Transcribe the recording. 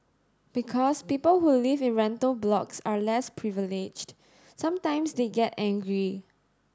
because people who live in rental blocks are less privileged sometimes they get angry